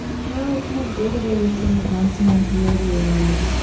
how kind of day to day, week to week, month to month, year to year,